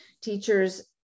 teachers